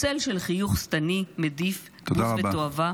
צל של חיוך שטני, מדיף -- תודה רבה.